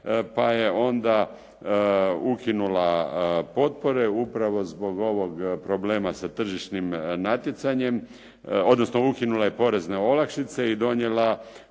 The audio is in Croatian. pa je onda ukinula potpore upravo zbog ovog problema sa tržišnim natjecanjem, odnosno ukinula je porezne olakšice i donijela